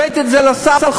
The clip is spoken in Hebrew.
הבאתי את זה לסל,